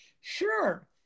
Sure